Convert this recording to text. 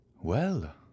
Well